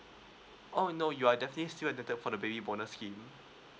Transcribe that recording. oh no you are definitely still entitle for the baby bonus scheme